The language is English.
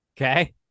okay